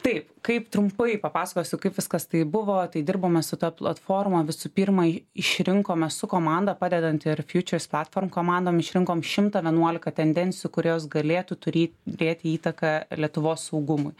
taip kaip trumpai papasakosiu kaip viskas tai buvo tai dirbome su ta platforma visų pirma išrinkome su komanda padedant ir futures platform komandom išrinkom šimtą vienuolika tendencijų kurios galėtų tury turėti įtaką lietuvos saugumui